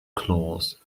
claus